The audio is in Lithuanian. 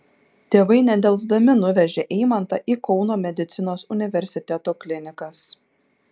tėvai nedelsdami nuvežė eimantą į kauno medicinos universiteto klinikas